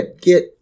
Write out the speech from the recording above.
get